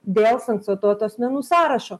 dėl sansiuototo asmenų sąrašo